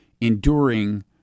enduring